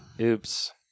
oops